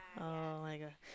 [oh]-my-god